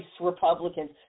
republicans